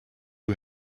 who